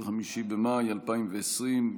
25 במאי 2020,